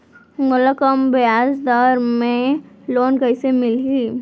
मोला कम ब्याजदर में लोन कइसे मिलही?